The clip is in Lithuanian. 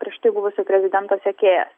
prieš tai buvusį prezidento sekėją